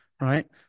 right